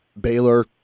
Baylor